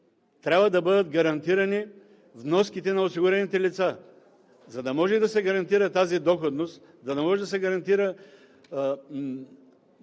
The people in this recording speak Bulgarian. трябва да бъдат гарантирани вноските на осигурените лица. За да може да се гарантира тази доходност, за да може да се гарантира